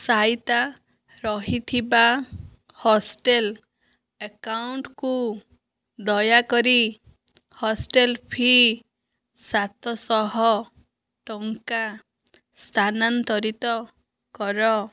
ସାଇତା ରହିଥିବା ହଷ୍ଟେଲ ଆକାଉଣ୍ଟକୁ ଦୟାକରି ହଷ୍ଟେଲ ଫି ସାତଶହ ଟଙ୍କା ସ୍ଥାନାନ୍ତରିତ କର